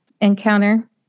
encounter